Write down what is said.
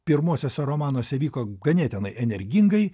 pirmuosiuose romanuose vyko ganėtinai energingai